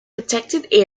protected